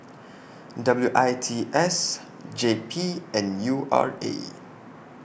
W I T S J P and U R A